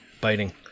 biting